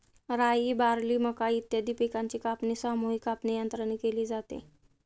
राई, बार्ली, मका इत्यादी पिकांची कापणी सामूहिक कापणीयंत्राने केली जाते